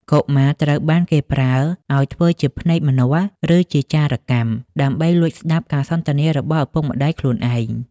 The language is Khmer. កុមារត្រូវបានគេប្រើឱ្យធ្វើជាភ្នែកម្នាស់ ឬជាចារកម្ម ដើម្បីលួចស្ដាប់ការសន្ទនារបស់ឪពុកម្ដាយខ្លួនឯង។